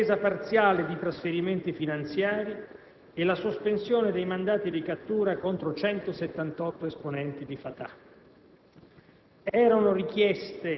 Si sono avuti alcuni primi risultati concreti: l'accelerazione del rilascio dei 250 prigionieri palestinesi, di cui erano stati già concordati i nomi;